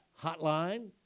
hotline